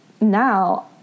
now